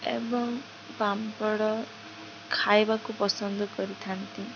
ଏବଂ ପାମ୍ପଡ଼ ଖାଇବାକୁ ପସନ୍ଦ କରିଥାନ୍ତି